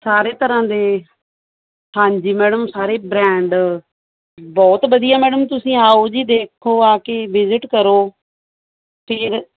ਸਾਰੇ ਤਰ੍ਹਾਂ ਦੇ ਹਾਂਜੀ ਮੈਡਮ ਸਾਰੇ ਬ੍ਰਾਂਡ ਬਹੁਤ ਵਧੀਆ ਮੈਡਮ ਤੁਸੀਂ ਆਓ ਜੀ ਦੇਖੋ ਆ ਕੇ ਵਿਜ਼ਿਟ ਕਰੋ ਫਿਰ